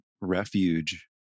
refuge